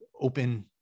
open